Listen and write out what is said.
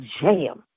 Jam